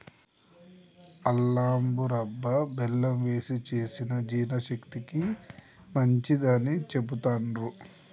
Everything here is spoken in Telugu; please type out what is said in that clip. అల్లం మురబ్భ బెల్లం వేశి చేసిన జీర్ణశక్తికి మంచిదని చెబుతాండ్రు